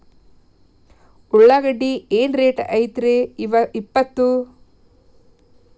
ಉಳ್ಳಾಗಡ್ಡಿ ಏನ್ ರೇಟ್ ಐತ್ರೇ ಇಪ್ಪತ್ತು?